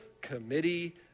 committee